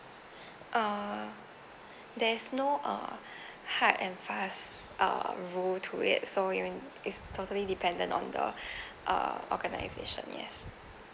uh there's no uh hard and fast uh rules to it so you are in it's totally dependent on the uh organisation yes